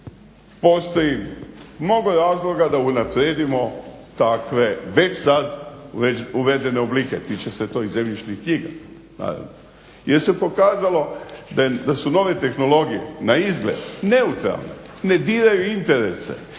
Postoji mnogo razloga da unaprijedimo takve već sad već uvedene oblike. Tiče se to i zemljišnih knjiga naravno, jer se pokazalo da su nove tehnologije naizgled neutralne, ne diraju interese,